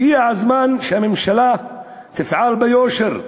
הגיע הזמן שמהממשלה תפעל ביושר,